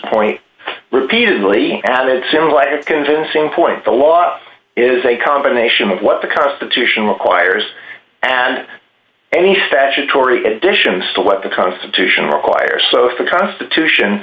point repeatedly at it's in light of convincing point the law is a combination of what the constitution requires and any statutory additions to what the constitution requires so if the constitution